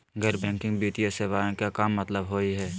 गैर बैंकिंग वित्तीय सेवाएं के का मतलब होई हे?